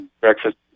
Breakfast